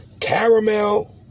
caramel